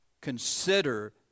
Consider